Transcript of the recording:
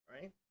right